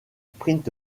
sprint